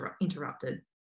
interrupted